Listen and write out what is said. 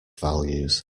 values